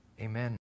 Amen